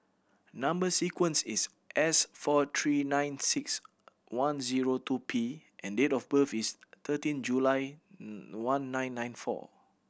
number sequence is S four three nine six one zero two P and date of birth is thirteen July one nine nine four